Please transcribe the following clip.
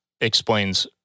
explains